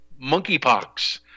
monkeypox